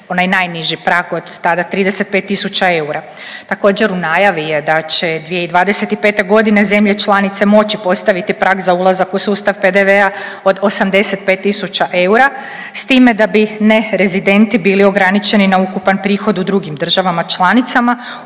onaj najniži prag od tada 35 tisuća eura. Također u najavi je da će 2025. godine zemlje članice moći postaviti prag za ulazak u sustav PDV-a od 85 tisuća eura s time da bi nerezidenti bili ograničeni na ukupan prihod u drugim državama članicama